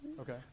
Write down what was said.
Okay